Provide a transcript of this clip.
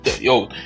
yo